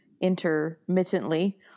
intermittently